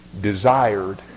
desired